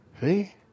See